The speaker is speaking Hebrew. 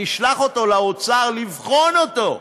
נשלח אותו לאוצר לבחון אותו,